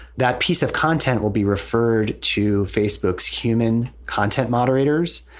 that piece of content will be referred to facebooks, human content moderators,